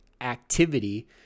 activity